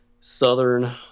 southern